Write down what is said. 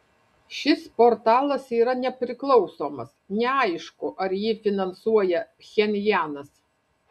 šis portalas yra nepriklausomas neaišku ar jį finansuoja pchenjanas